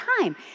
time